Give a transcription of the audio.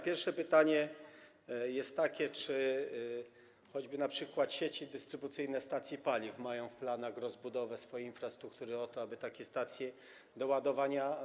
Pierwsze pytanie jest takie: Czy np. sieci dystrybucyjne stacji paliw mają w planach rozbudowę swojej infrastruktury, tak aby powstały stacje doładowania?